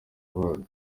abana